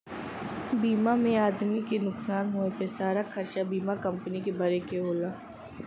बीमा में आदमी के नुकसान होए पे सारा खरचा बीमा कम्पनी के भरे के होला